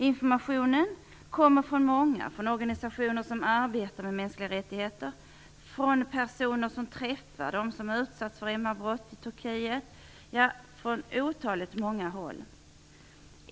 Informationen kommer från många, t.ex. från organisationer som arbetar med mänskliga rättigheter och från personer som träffar dem som utsatts för MR-brott i Turkiet - ja, från otaliga håll.